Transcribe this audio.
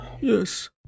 Yes